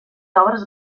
obres